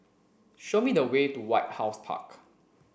show me the way to White House Park